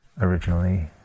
originally